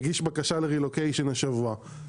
הגיש בקשה לרילוקיישן השבוע.